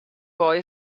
boy